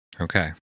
Okay